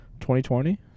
2020